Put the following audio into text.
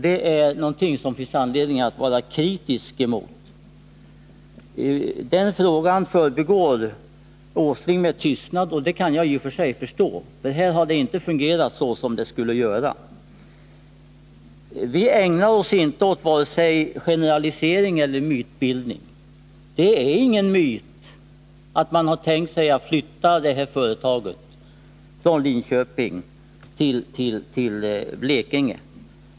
Det är någonting som det finns anledning att vara kritisk mot. Den frågan förbigår Nils Åsling med tystnad, och det kan jag i och för sig förstå. Här har det nämligen inte fungerat så som det borde ha gjort. Vi ägnar oss inte åt vare sig generalisering eller mytbildning. Det är ingen myt att man har tänkt sig att flytta företaget från Linköping till Blekinge.